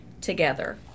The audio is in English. together